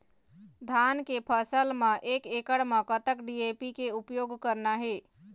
धान के फसल म एक एकड़ म कतक डी.ए.पी के उपयोग करना हे?